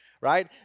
right